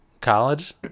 college